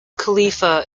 khalifa